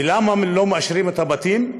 ולמה לא מאשרים את הבתים?